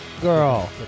Girl